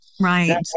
Right